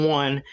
one